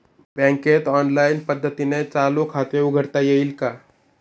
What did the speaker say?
बँकेत ऑनलाईन पद्धतीने चालू खाते उघडता येईल का?